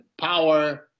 power